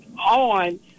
on